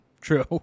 true